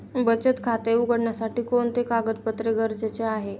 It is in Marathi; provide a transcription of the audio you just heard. बचत खाते उघडण्यासाठी कोणते कागदपत्रे गरजेचे आहे?